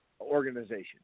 organization